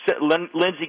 Lindsey